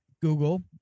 Google